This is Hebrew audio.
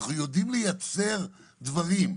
אנחנו יודעים לייצר דברים,